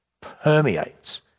permeates